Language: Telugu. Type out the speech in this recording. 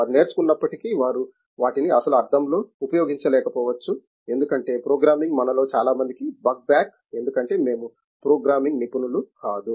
వారు నేర్చుకున్నప్పటికీ వారు వాటిని అసలు అర్థంలో ఉపయోగించలేకపోవచ్చు ఎందుకంటే ప్రోగ్రామింగ్ మనలో చాలా మందికి బగ్బ్యాక్ ఎందుకంటే మేము ప్రోగ్రామింగ్ నిపుణులు కాదు